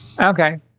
Okay